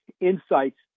Insights